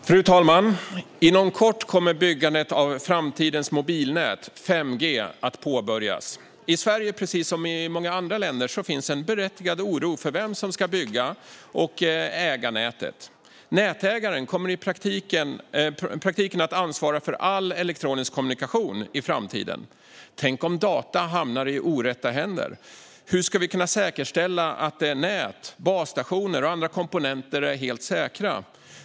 Fru talman! Inom kort kommer byggandet av framtidens mobilnät, 5G, att påbörjas. I Sverige, precis som i många andra länder, finns en berättigad oro för vem som ska bygga och äga nätet. Nätägaren kommer i praktiken att ansvara för all elektronisk kommunikation i framtiden. Tänk om data hamnar i orätta händer! Hur ska vi kunna säkerställa att nät, basstationer och andra komponenter är helt säkra?